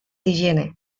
higiene